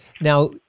Now